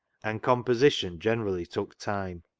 and composition generally took time,